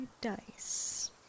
dice